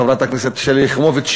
חברת הכנסת שלי יחימוביץ,